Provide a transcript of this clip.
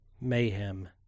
Mayhem